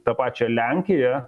tą pačią lenkiją